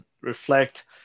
reflect